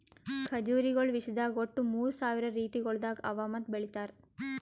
ಖಜುರಿಗೊಳ್ ವಿಶ್ವದಾಗ್ ಒಟ್ಟು ಮೂರ್ ಸಾವಿರ ರೀತಿಗೊಳ್ದಾಗ್ ಅವಾ ಮತ್ತ ಬೆಳಿತಾರ್